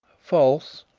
false,